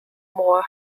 more